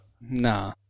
nah